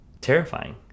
terrifying